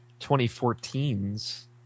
2014's